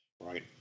right